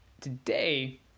today